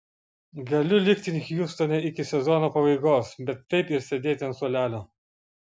galiu likti hjustone iki sezono pabaigos bet taip ir sėdėti ant suolelio